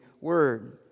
word